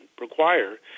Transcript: require